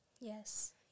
Yes